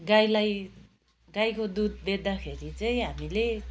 गाईलाई गाईको दुध बेच्दाखेरि चाहिँ हामीले